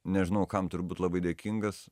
nežinau kam turbūt labai dėkingas